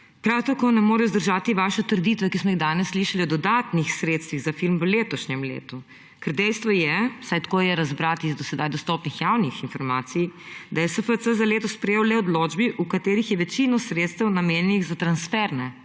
tako ne morejo vzdržati vaše trditve, ki smo jih danes slišali, o dodatnih sredstvih za film v letošnjem letu. Ker dejstvo je, vsaj tako je razbrati iz do sedaj dostopnih javnih informacij, da je SFC za letos prejel le odločbi, v katerih je večino sredstev namenjenih za transferne